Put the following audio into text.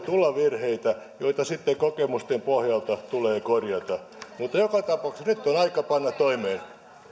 tulla virheitä joita sitten kokemusten pohjalta tulee korjata mutta joka tapauksessa nyt on aika panna toimeen